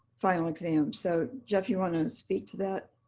final exam. so jeff, you want to speak to that?